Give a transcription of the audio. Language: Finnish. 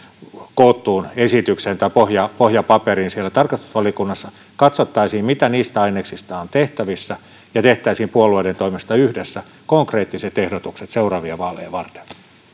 koottuun esitykseen tai pohjapaperiin siellä tarkastusvaliokunnassa katsottaisiin mitä niistä aineksista on tehtävissä ja tehtäisiin puolueiden toimesta yhdessä konkreettiset ehdotukset seuraavia vaaleja varten